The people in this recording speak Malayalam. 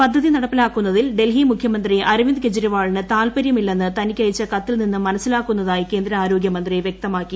പദ്ധതി നടപ്പിലാക്കുന്നതിൽ ഡൽഹി മുഖ്യമന്ത്രി അരവിന്ദ് കെജരി വാളിന് താല്പര്യമില്ലെന്ന് തനിക്ക് അയച്ച കത്തിൽ നിന്നും മനസ്സിലാക്കുന്നതായി കേന്ദ്ര ആരോഗ്യ മന്ത്രി വൃക്തമാക്കി